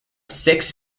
six